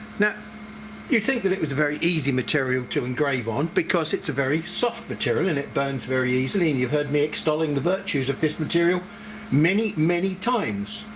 now you'd think that it was a very easy material to engrave on because it's a very soft material and it burns very easily and you've heard me extolling the virtues of this material many many times.